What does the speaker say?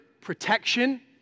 protection